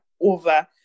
over